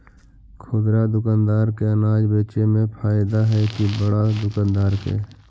खुदरा दुकानदार के अनाज बेचे में फायदा हैं कि बड़ा दुकानदार के?